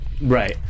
Right